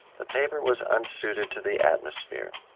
the paper was unsuited to the atmosphere.